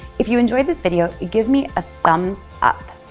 if you enjoyed this video, give me a thumbs up.